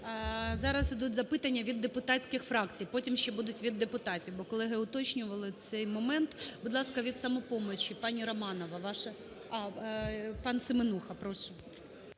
Зараз ідуть запитання від депутатських фракцій, потім ще будуть від депутатів, бо колеги уточнювали цей момент. Будь ласка, від "Самопомочі" пані Романова. А, панСеменуха. Прошу.